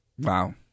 Wow